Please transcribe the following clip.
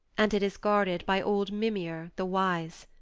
and it is guarded by old mimir the wise.